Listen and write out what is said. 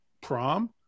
prom